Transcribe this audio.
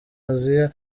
aziya